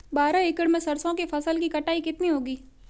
बारह एकड़ में सरसों की फसल की कटाई कितनी होगी?